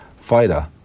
fighter